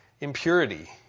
impurity